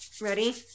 Ready